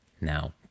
Now